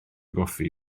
goffi